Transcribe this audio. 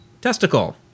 testicle